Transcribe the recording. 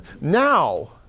Now